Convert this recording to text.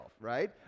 right